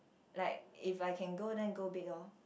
like if I can go then go big orh